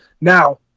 Now